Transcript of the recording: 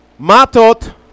Matot